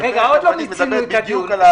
עוד לא מיצינו את הדיון.